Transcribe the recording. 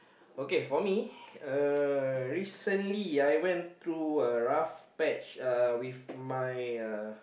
okay for me uh recently I went through a rough patch with uh my uh